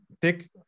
pick